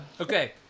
Okay